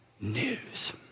news